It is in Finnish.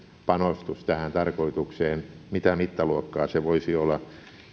panostus tähän tarkoitukseen mitä mittaluokkaa se voisi olla